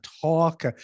talk